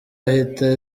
ahita